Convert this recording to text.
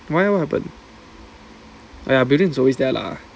why leh what happen !aiya! brevin is always there lah